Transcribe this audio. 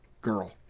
girl